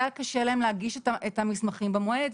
היה קשה להם להגיש את המסמכים במועד,